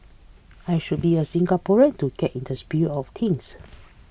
I should be a Singaporean to get in the spirit of things